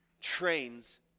trains